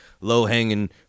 low-hanging